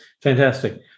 fantastic